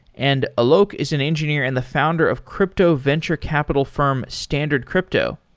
and alok is an engineer and the founder of crypto venture capital firm standard crypto.